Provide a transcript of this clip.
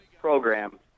program